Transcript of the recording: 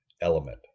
element